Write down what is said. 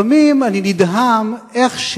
לפעמים אני נדהם איך,